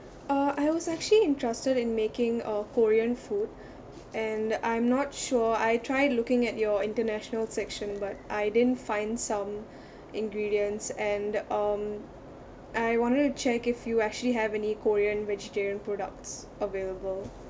uh I was actually interested in making uh korean food and I'm not sure I tried looking at your international section but I didn't find some ingredients and um I wanted to check if you actually have any korean vegetarian products available